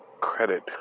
credit